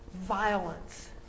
violence